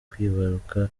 kwibaruka